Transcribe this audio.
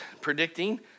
predicting